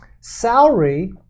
Salary